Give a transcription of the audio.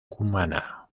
cumaná